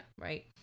Right